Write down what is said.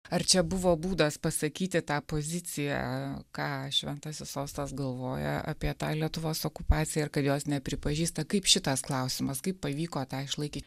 ar čia buvo būdas pasakyti tą poziciją ką šventasis sostas galvoja apie tą lietuvos okupaciją ir kad jos nepripažįsta kaip šitas klausimas kaip pavyko tą išlaikyt